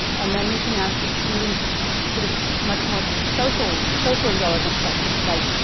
and then we can ask even sort of much more so socially socially relevant questions like,